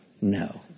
no